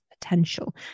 Potential